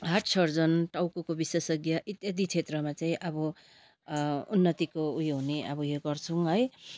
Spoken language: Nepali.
हार्ट सर्जन टाउकोको विशेषज्ञ इत्यादि क्षेत्रमा चाहिँ अब उन्नतिको उयो हुने अब यो गर्छौँ है